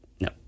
No